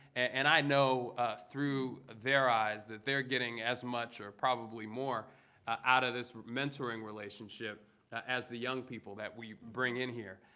and i know through their eyes that they're getting as much or probably more out of this mentoring relationship as the young people that we bring in here.